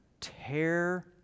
tear